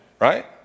right